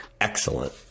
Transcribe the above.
Excellent